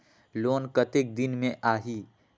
Loan कतेक दिन मे आही?